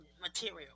material